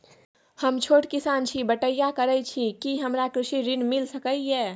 हम छोट किसान छी, बटईया करे छी कि हमरा कृषि ऋण मिल सके या?